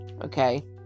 okay